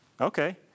Okay